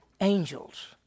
angels